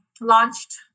launched